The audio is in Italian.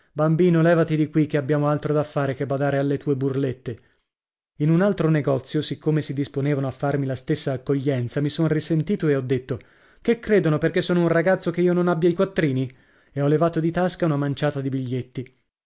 bambino levati di qui che abbiamo altro da fare che badare alle tue burlette in un altro negozio siccome si disponevano a farmi la stessa accoglienza mi son risentito e ho detto che credono perché sono un ragazzo che io non abbia i quattrini e ho levato di tasca una manciata di biglietti